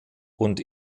und